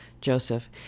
Joseph